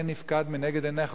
ואין נפקד מנגד עיניך.